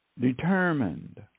determined